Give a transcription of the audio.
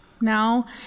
now